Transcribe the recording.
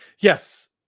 Yes